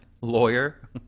Lawyer